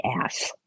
ass